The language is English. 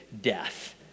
death